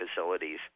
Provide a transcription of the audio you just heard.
facilities